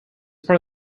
part